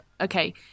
okay